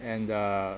and the